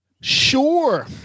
Sure